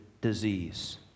disease